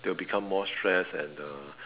they will become more stress and uh